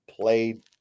played